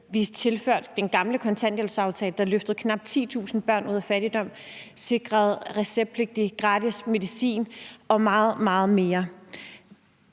vi tilførte den gamle kontanthjælpsaftale, der løftede knap 10.000 børn ud af fattigdom, sikrede receptpligtig gratis medicin og meget, meget